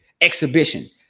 exhibition